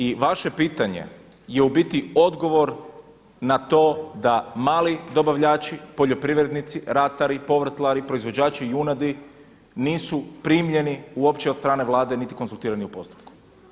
I vaše pitanje je u biti odgovor na to da mali dobavljači, poljoprivrednici, ratari, povrtlari, proizvođači junadi nisu primljeni uopće od strane Vlade niti konzultirani u postupku.